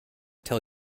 tell